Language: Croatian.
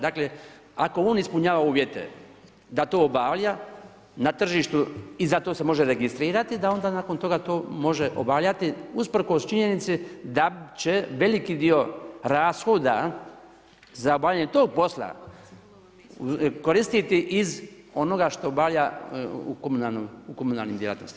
Dakle, ako on ispunjava uvjete da to obavlja na tržištu i za to se može registrirati, da onda nakon toga to može obavljati usprkos činjenici da će veliki dio rashoda za obavljanje tog posla koristiti iz onoga što obavlja u komunalnim djelatnostima.